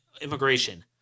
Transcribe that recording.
immigration